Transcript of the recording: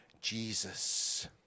Jesus